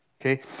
Okay